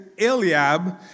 Eliab